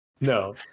No